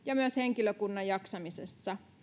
ja myös henkilökunnan jaksamisessa